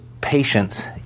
patience